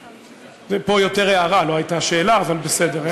זה פה יותר הערה, לא הייתה שאלה, אבל בסדר.